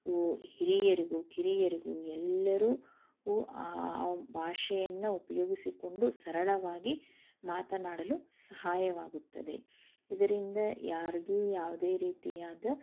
ವು ಹಿರಿಯರಿಗೂ ಕಿರಿಯರಿಗೂ ಎಲ್ಲರೂ ಆ ಆ ಭಾಷೆಯನ್ನು ಉಪಯೋಗಿಸಿಕೊಂಡು ಸರಳವಾಗಿ ಮಾತನಾಡಲು ಸಹಾಯವಾಗುತ್ತದೆ ಇದರಿಂದ ಯಾರಿಗೂ ಯಾವುದೇ ರೀತಿಯಾದ